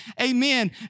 Amen